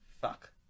Fuck